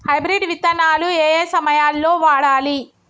Hybrid విత్తనాలు ఏయే సమయాల్లో వాడాలి?